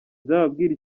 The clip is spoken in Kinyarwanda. nzababwira